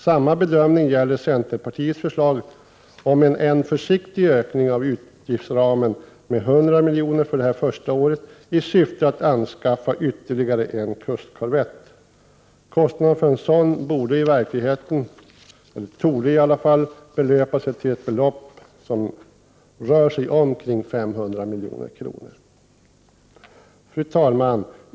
Samma bedömning gäller centerpartiets förslag om än en försiktig ökning av utgiftsramen med 100 milj.kr. första året i syfte att anskaffa ytterligare en kustkorvett. Kostnaden för en sådan torde i verkligheten belöpa sig till ett belopp omkring 500 milj.kr. Fru talman!